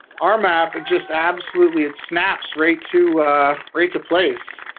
our map it just absolutely it snaps right to right to place.